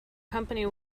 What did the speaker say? company